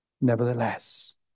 nevertheless